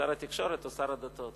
שר התקשורת או שר הדתות.